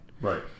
right